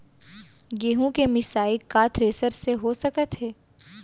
गेहूँ के मिसाई का थ्रेसर से हो सकत हे?